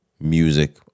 music